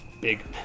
Big